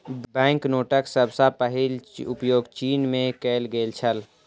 bank नोटक सभ सॅ पहिल उपयोग चीन में कएल गेल छल